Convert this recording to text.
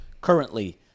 currently